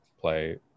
play